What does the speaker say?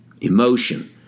emotion